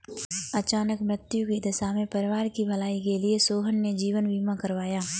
अचानक मृत्यु की दशा में परिवार की भलाई के लिए सोहन ने जीवन बीमा करवाया